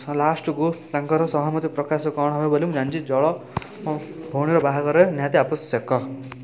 ଲାଷ୍ଟକୁ ତାଙ୍କର ସହମତି ପ୍ରକାଶ କ'ଣ ହେବ ବୋଲି ମୁଁ ଜାଣିଛି ଜଳ ମୋ ଭଉଣୀର ବାହାଘରରେ ନିହାତି ଆବଶ୍ୟକ